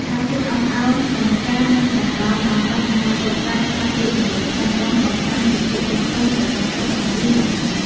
ការចេះអត់ឱននិងការមិនបណ្ដោយឱ្យបញ្ហាតូចតាចក្លាយជាជម្លោះធំដុំបង្ហាញពីភាពចាស់ទុំនៃការគិតរបស់យើងម្នាក់ៗ។